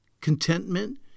contentment